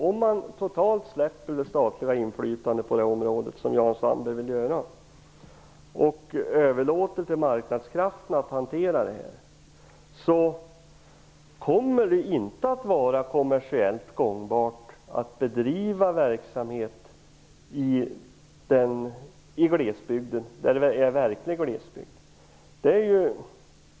Om man totalt släpper det statliga inflytandet på det här området, som Jan Sandberg vill göra, och överlåter åt marknadskrafterna att hantera det, kommer det självklart inte att vara kommersiellt gångbart att bedriva verksamhet i glesbygden, dvs. där det är verklig glesbygd.